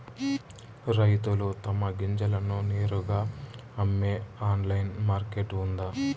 రైతులు తమ గింజలను నేరుగా అమ్మే ఆన్లైన్ మార్కెట్ ఉందా?